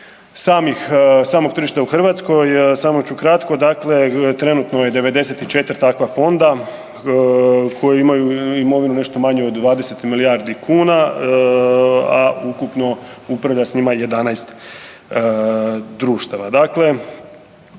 samog tržišta u Hrvatskoj, samo ću kratko, dakle trenutno je 94 takva fonda koji imaju imovinu nešto manje od 20 milijardi kuna, a ukupno upravlja s njima 11 društava.